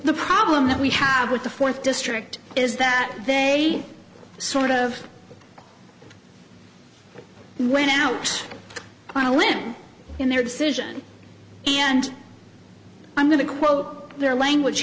the problem that we have with the fourth district is that they sort of went out on a limb in their decision and i'm going to quote their language